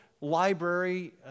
library